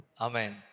Amen